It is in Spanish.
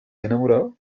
enamorado